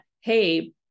hey